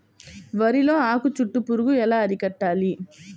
వరిలో ఆకు చుట్టూ పురుగు ఎలా అరికట్టాలి?